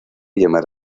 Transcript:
llamar